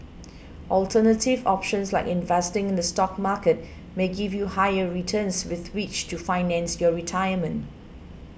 alternative options like investing in the stock market may give you higher returns with which to finance your retirement